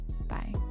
Bye